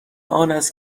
آنست